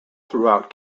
throughout